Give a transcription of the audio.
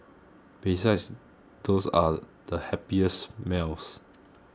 besides those are the happiest melts